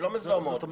מזוהמות.